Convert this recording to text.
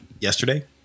yesterday